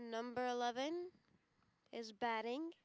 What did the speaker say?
number eleven is batting